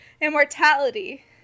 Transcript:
immortality